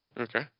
Okay